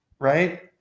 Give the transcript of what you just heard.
right